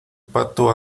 pato